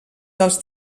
dels